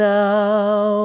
now